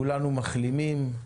כולנו מחלימים.